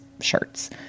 shirts